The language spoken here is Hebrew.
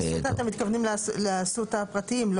אסותא, אתם מתכוונים לאסותא הפרטיים.